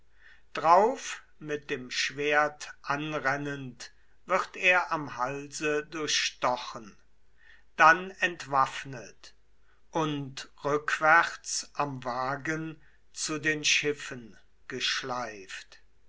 drauf mit dem schwert anrennend wird er am halse durchstochen dann entwaffnet und rückwärts am wagen zu den schiffen geschleift